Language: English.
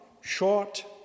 short